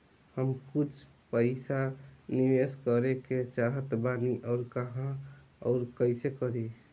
हम कुछ पइसा निवेश करे के चाहत बानी और कहाँअउर कइसे करी?